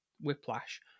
Whiplash